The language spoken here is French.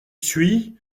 suye